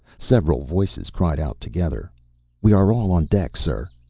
several voices cried out together we are all on deck, sir.